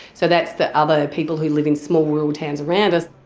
so that's the other people who live in small rural towns around us.